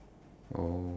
oh